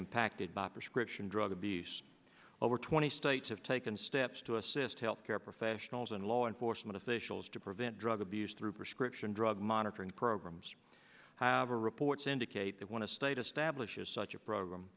impacted by prescription drug abuse over twenty states have taken steps to assist health care professionals and law enforcement officials to prevent drug abuse through prescription drug monitoring programs have a reports indicate that when a state establishes such a program